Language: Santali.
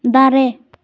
ᱫᱟᱨᱮ